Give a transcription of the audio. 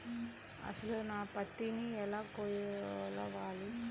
అసలు నా పత్తిని ఎలా కొలవాలి?